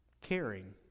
caring